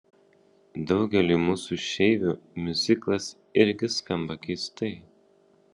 daugeliui mūsų išeivių miuziklas irgi skamba keistai